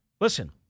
Listen